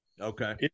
Okay